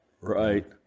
Right